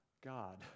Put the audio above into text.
God